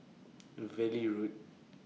Valley Road